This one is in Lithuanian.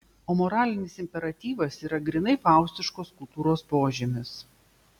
o moralinis imperatyvas yra grynai faustiškos kultūros požymis